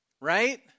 right